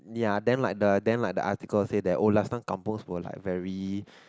ya then like the like the article say that oh last time Kampungs was like very